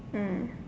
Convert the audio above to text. mm